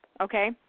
okay